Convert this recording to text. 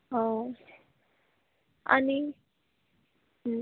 हो आणि